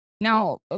Now